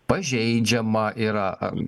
pažeidžiama yra ar